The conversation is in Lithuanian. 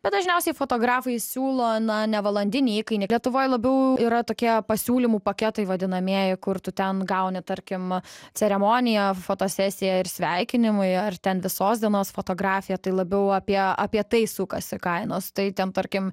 bet dažniausiai fotografai siūlo na ne valandinį įkainį lietuvoj labiau yra tokie pasiūlymų paketai vadinamieji kur tu ten gauni tarkim ceremonija fotosesija ir sveikinimai ar ten visos dienos fotografija tai labiau apie apie tai sukasi kainos tai ten tarkim